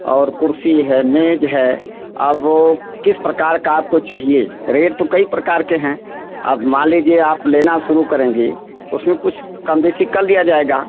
और कुर्सी है मेज है अब ओ किस प्रकार का आपको चाहिए रेट तो कई प्रकार के हैं अब मान लीजिए आप लेना शुरू करेंगी तो उसमें कुछ कम बेसी कर लिया जाएगा